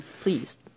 Please